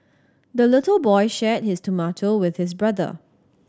the little boy shared his tomato with his brother